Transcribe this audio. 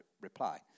reply